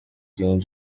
king